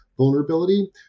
vulnerability